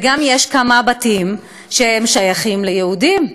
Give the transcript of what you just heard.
ויש גם כמה בתים ששייכים ליהודים.